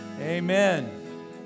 Amen